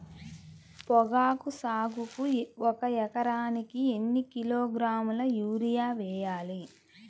పొగాకు సాగుకు ఒక ఎకరానికి ఎన్ని కిలోగ్రాముల యూరియా వేయాలి?